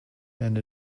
and